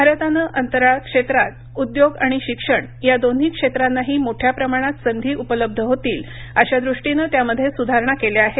भारतानं अंतराळ क्षेत्रात उद्योग आणि शिक्षण या दोन्ही क्षेत्रांनाही मोठ्या प्रमाणात संधी उपलब्ध होतील अशादृष्टीनं त्यामध्ये सुधारणा केल्या आहेत